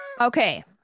Okay